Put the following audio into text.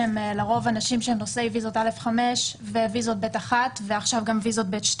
שהם לרוב אנשים שנושאים ויזות א5 וויזות ב1 ועכשיו גם ויזות ב2,